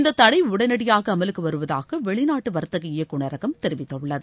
இந்த தடை உடனடியாக அமலுக்கு வருவதாக வெளிநாட்டு வர்த்தக இயக்குநரகம் தெரிவித்துள்ளது